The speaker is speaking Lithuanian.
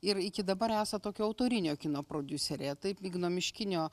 ir iki dabar esat tokio autorinio kino prodiuserė taip igno miškinio